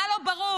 מה לא ברור?